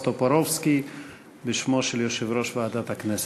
טופורובסקי בשמו של יושב-ראש ועדת הכנסת.